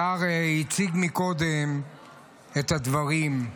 השר הציג קודם את הדברים.